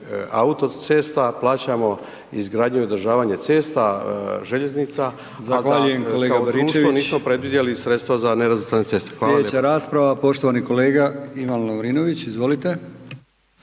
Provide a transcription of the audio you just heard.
autocesta, plaćamo izgradnju i održavanje cesta, željeznica, a da kao društvo nismo predvidjeli sredstva za nerazvrstane ceste. Hvala lijepo. **Brkić, Milijan